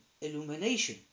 illumination